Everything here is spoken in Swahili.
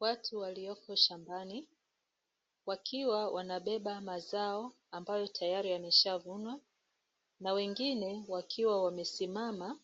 Watu waliopo shambani, wakiwa wanabeba mazao ambayo tayari yameshavunwa, na wengine wakiwa wamesimama